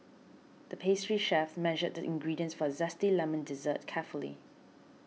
the pastry chef measured the ingredients for a Zesty Lemon Dessert carefully